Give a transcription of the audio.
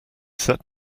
set